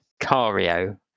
Cario